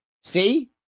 See